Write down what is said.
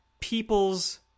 people's